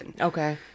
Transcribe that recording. Okay